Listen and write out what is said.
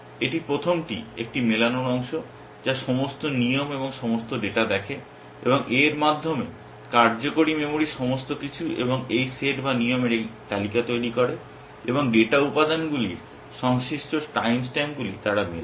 এটি প্রথমটি একটি মেলানোর অংশ যা সমস্ত নিয়ম এবং সমস্ত ডেটা দেখে এবং এর মাধ্যমে কার্যকারী মেমরির সমস্ত কিছু এবং এই সেট বা নিয়মের এই তালিকা তৈরি করে এবং ডেটা উপাদানগুলির সংশ্লিষ্ট টাইম স্ট্যাম্পগুলি তারা মেলায়